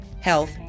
health